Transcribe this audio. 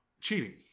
cheating